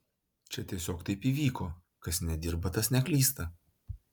čia tiesiog taip įvyko kas nedirba tas neklysta